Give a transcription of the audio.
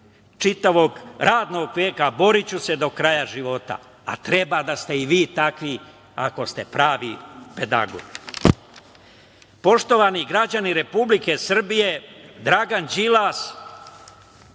čitavog radnog veka i boriću se do kraja života, a treba da ste i vi takvi, ako ste pravi pedagog. Poštovani građani Republike Srbije, Dragana Đilasa,